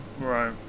right